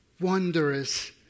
wondrous